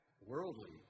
worldly